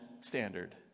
standard